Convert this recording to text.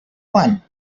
one